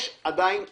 יש עדיין אוטובוסים,